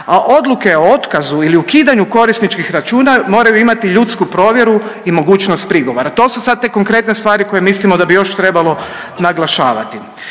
a odluke o otkazu ili ukidanju korisničkih računa moraju imati ljudsku provjeru i mogućnost prigovora. To su sad te konkretne stvari koje mislimo da bi još trebalo naglašavati.